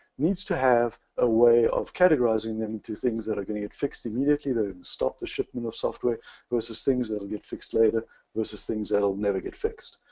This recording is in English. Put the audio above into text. needs to have a way of categorizing them to things that are going to get fixed immediately, stop the shipment of software versus things that'll get fixed later versus things that'll never get fixed.